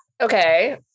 Okay